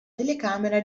telecamera